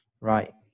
Right